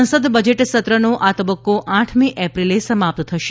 સંસદ બજેટ સત્રનો આ તબક્કો આઠમી એપ્રિલે સમાપ્ત થશે